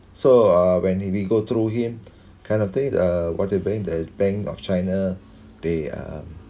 so uh when we go through him kind of thing uh what the bank the bank of china they uh